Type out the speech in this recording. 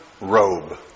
robe